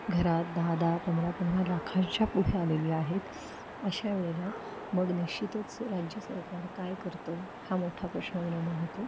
घरात दहा दहा पंधरा पंधरा लाखांच्या पुढे आलेली आहेत अशा वेळेला मग निश्चितच राज्य सरकार काय करतं हा मोठा प्रश्न निर्माण होतो